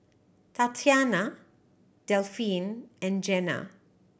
Tatyanna Delphine and Jena